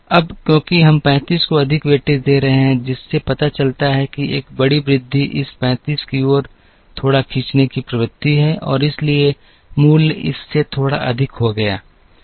अब क्योंकि हम 35 को अधिक वेटेज दे रहे हैं जिससे पता चलता है कि एक बड़ी वृद्धि इस 35 की ओर थोड़ा खींचने की प्रवृत्ति है और इसलिए मूल्य इस से थोड़ा अधिक हो गया